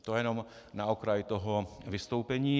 To jenom na okraj toho vystoupení.